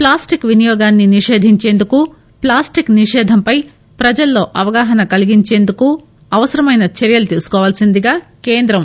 plastic వినియోగాన్ని నిషేధించేందుకు plastic నిషేధంపై ప్రజల్లో అవగాహన కలిగించేందుకు అవసరమైన చర్యలు తీసుకోవాల్పిందిగా కేంద్రం